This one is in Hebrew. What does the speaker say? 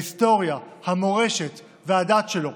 על ההיסטוריה, על המורשת והדת שלו.